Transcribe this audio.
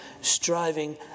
striving